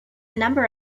number